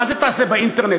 מה זה "תעשה באינטרנט"?